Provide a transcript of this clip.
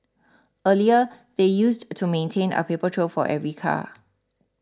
earlier they used to maintain a paper trail for every car